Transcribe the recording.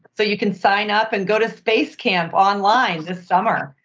so you can sign up and go to space camp online this summer.